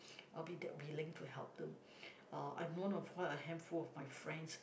I'll be that willing to help them uh I'm one of quite a handful of my friends